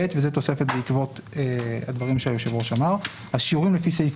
(ב) וזו תוספת בעקבות הדברים שהיושב-ראש אמר: (ב)השיעורים לפי סעיף